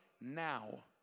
now